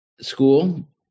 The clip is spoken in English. school